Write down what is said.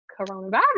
coronavirus